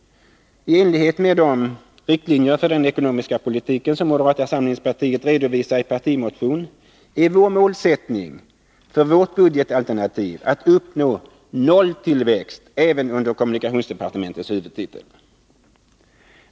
I enlighet med de riktlinjer för den ekonomiska politiken som moderata samlingspartiet redovisar i partimotionen är målsättningen för vårt budgetalternativ att uppnå nolltillväxt även under kommunikationsdepartementets huvudtitel.